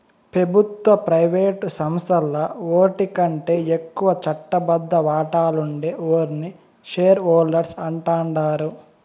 పెబుత్వ, ప్రైవేటు సంస్థల్ల ఓటికంటే ఎక్కువ చట్టబద్ద వాటాలుండే ఓర్ని షేర్ హోల్డర్స్ అంటాండారు